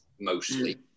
mostly